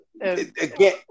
Again